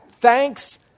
Thanks